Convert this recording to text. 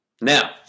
Now